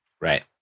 Right